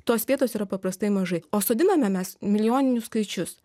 tos vietos yra paprastai mažai o sodiname mes milijoninius skaičius